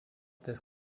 this